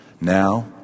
Now